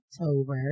October